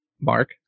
Mark